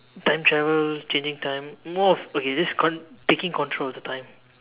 time travel changing time more of okay just con~ taking control of the time